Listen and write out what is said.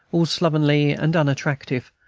all slovenly and unattractive,